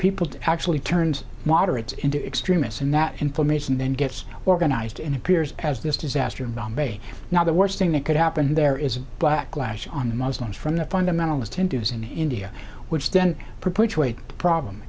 people to actually turns moderates into extremists and that information then gets organized in appears as this disaster in bombay now the worst thing that could happen there is a black glass on the muslims from the fundamentalist hindus in india which then p